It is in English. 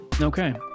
Okay